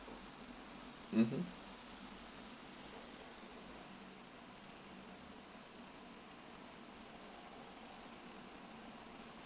mmhmm